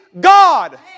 God